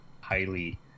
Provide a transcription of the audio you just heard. highly